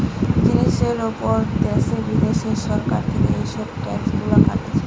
জিনিসের উপর দ্যাশে বিদ্যাশে সরকার থেকে এসব ট্যাক্স গুলা কাটতিছে